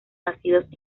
nacidos